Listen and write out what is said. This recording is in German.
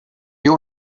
wir